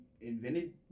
invented